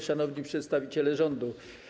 Szanowni Przedstawiciele Rządu!